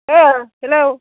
ए हेल'